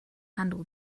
handle